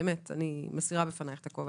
אני מסירה בפנייך את הכובע.